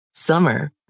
Summer